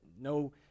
no